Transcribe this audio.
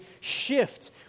shift